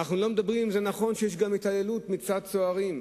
אנחנו לא אומרים אם זה נכון שיש גם התעללות מצד סוהרים,